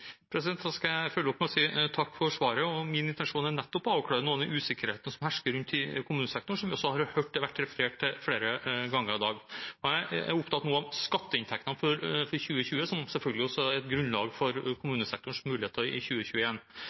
Da skal jeg følge opp med å si takk for svaret, og min intensjon er nettopp å avklare noe av den usikkerheten som hersker rundt om i kommunesektoren, og som vi også har hørt det har vært referert til flere ganger i dag. Jeg er nå opptatt av skatteinntektene for 2020, som selvfølgelig også er et grunnlag for kommunesektorens muligheter i